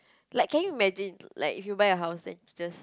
like can you imagine like if you buy a house and you just